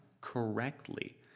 correctly